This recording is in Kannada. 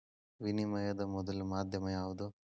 ವಿನಿಮಯದ ಮೊದಲ ಮಾಧ್ಯಮ ಯಾವ್ದು